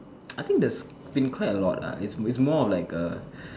I think there has been quite a lot lah is more of like a